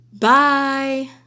bye